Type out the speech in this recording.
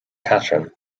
catherine